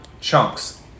chunks